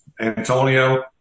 Antonio